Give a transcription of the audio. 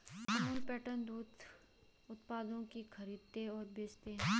Amul pattern दूध उत्पादों की खरीदते और बेचते है